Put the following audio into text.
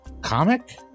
comic